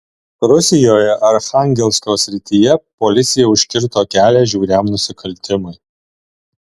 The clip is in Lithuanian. rusijoje archangelsko srityje policija užkirto kelią žiauriam nusikaltimui